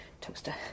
toaster